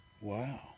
Wow